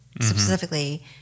specifically